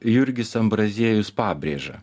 jurgis ambraziejus pabrėža